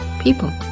people